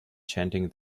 chanting